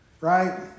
right